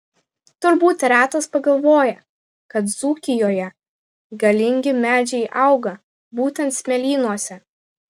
turbūt retas pagalvoja kad dzūkijoje galingi medžiai auga būtent smėlynuose